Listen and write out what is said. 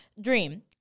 Dream